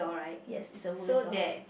yes it's a wooden door